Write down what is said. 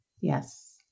Yes